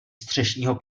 střešního